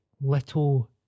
Little